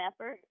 effort